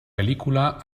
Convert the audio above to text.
película